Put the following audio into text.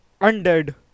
Undead